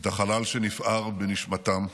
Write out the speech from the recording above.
את החלל שנפער בנשמתם,